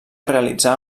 realitzar